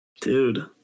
Dude